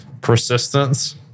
persistence